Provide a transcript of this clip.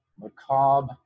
macabre